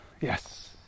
yes